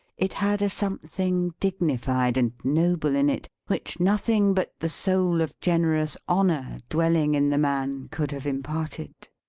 it had a something dignified and noble in it, which nothing but the soul of generous honor dwelling in the man, could have imparted.